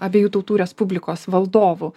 abiejų tautų respublikos valdovu